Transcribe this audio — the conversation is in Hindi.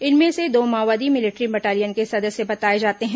इनमें से दो माओवादी मिलिट्री बटालियन के सदस्य बताए जाते हैं